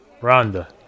Rhonda